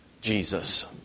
Jesus